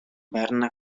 berna